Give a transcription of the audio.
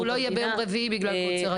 אבל הוא לא יהיה ביום רביעי בגלל קוצר הזמנים.